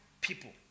people